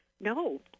No